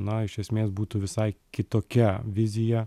na iš esmės būtų visai kitokia vizija